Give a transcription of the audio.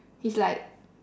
is like